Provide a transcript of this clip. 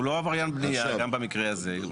הוא לא עבריין בנייה, גם במקרה הזה.